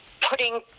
putting